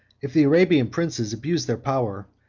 if the arabian princes abuse their power,